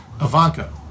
Ivanka